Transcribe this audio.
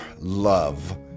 love